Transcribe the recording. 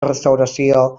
restauració